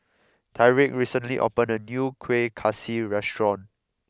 Tyreek recently opened a new Kuih Kaswi restaurant